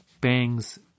bangs